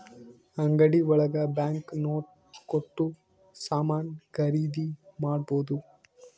ಅಂಗಡಿ ಒಳಗ bank note ಕೊಟ್ಟು ಸಾಮಾನ್ ಖರೀದಿ ಮಾಡ್ಬೋದು